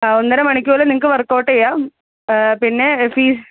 ആ ഒന്നര മണിക്കൂറ് നിങ്ങൾക്ക് വർക്ക് ഔട്ട് ചെയ്യാം പിന്നെ ഫീസ്